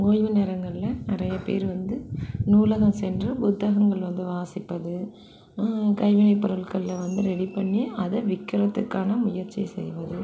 ஓய்வு நேரங்களில் நிறையா பேர் வந்து நூலகம் சென்று புத்தகங்கள் வந்து வாசிப்பது கைவினை பொருட்களில் வந்து ரெடி பண்ணி அதை விக்கிறதுக்கான முயற்சி செய்வது